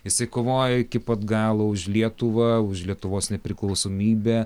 jisai kovojo iki pat galo už lietuvą už lietuvos nepriklausomybę